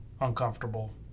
uncomfortable